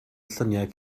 lluniau